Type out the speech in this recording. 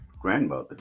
grandmother